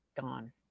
gone